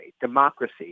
democracy